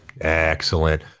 Excellent